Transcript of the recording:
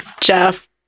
Jeff